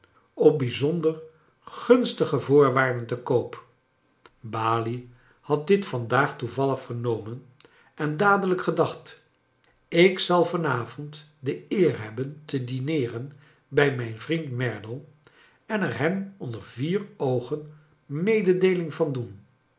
op bijzonder gunstige voorwaarden te koop balie had dit vandaag toevallig vernomen en dadelijk gedacht ik zal van avond de eer hebben te dineeren bij mijn vriend merdle en er hem onder vier oogen mededeeling van doen